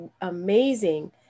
amazing